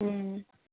ꯎꯝ